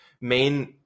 main